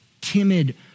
timid